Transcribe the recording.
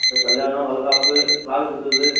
sir கல்யாணம் வளைகாப்பு காதுகுத்து இது